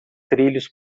trilhos